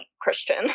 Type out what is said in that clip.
Christian